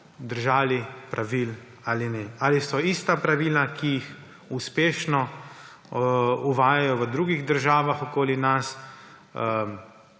držali pravil ali ne, ali so ista pravila, ki jih uspešno uvajajo v drugih državah okoli nas,